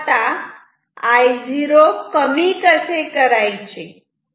तेव्हा आता I0 कमी कसे करायचे